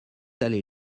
allée